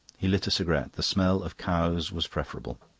he lit a cigarette. the smell of cows was preferable.